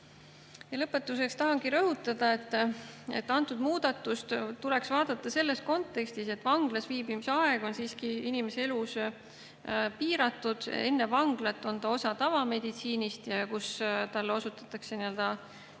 Lõpetuseks tahangi rõhutada, et seda muudatust tuleks vaadata selles kontekstis, et vanglas viibimise aeg on siiski inimese elus piiratud. Enne vanglat on inimene osa tavameditsiinist, kus talle osutatakse üldises